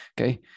okay